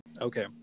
Okay